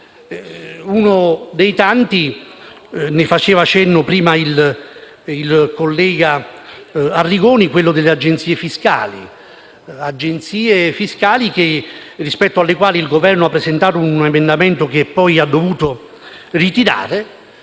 uno dei tanti, a cui faceva cenno poc'anzi il collega Arrigoni, è quello delle Agenzie fiscali, rispetto alle quali il Governo ha presentato un emendamento che poi ha dovuto ritirare: